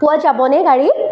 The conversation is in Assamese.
পোৱা যাবনে গাড়ী